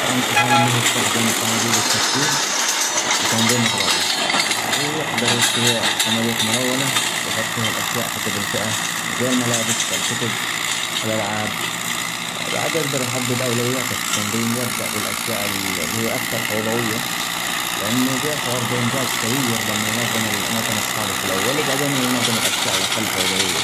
أنصحه أنه يستخدم صناديق التخزين لتنظيم أغراضه ،يقدر يشتري صناديق ملونه ،ويحط فيها الأشياء حسب الفئة زي الملابس ، الكتب ، الألعاب ، يجدر يحدد أولوياته في التنظيم ، يبدأ بالأشياء الأكثر فوضوية ،لأنه بيشعر بإنجاز كبير لما ينظم الأماكن الصعبة في الأول، وبعدين ينظم الأشياء الأقل فوضوية.